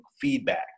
feedback